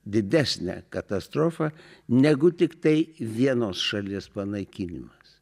didesnę katastrofą negu tiktai vienos šalies panaikinimas